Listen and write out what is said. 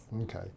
Okay